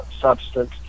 substance